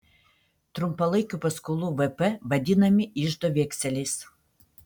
trumpalaikių paskolų vp vadinami iždo vekseliais